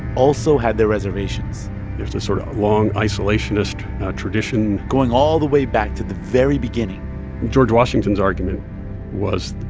also had their reservations there's a sort of long isolationist tradition. going all the way back to the very beginning george washington's argument was,